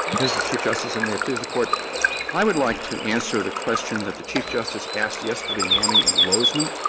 mr. chief justice, and may it please the court i would like to answer the question that the chief justice asked yesterday morning in lozman.